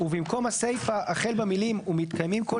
ובמקום הסיפה החל במילים "ומתקיימים כל